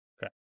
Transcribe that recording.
Okay